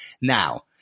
Now